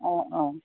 অঁ অঁ